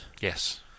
Yes